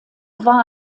war